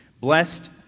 Blessed